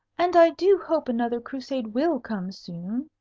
and i do hope another crusade will come soon.